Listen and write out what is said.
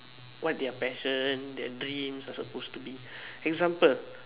what their passion their dreams are suppose to be example